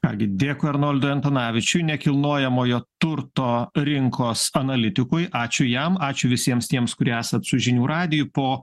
ką gi dėkui arnoldui antanavičiui nekilnojamojo turto rinkos analitikui ačiū jam ačiū visiems tiems kurie esat su žinių radiju po